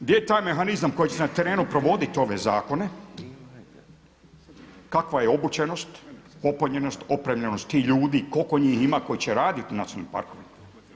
Gdje je taj mehanizam koji će na terenu provoditi ove zakone, kakva je obučenost, popunjenost, opremljenost tih ljudi, koliko njih ima koji će raditi u nacionalnim parkovima?